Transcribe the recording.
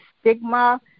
stigma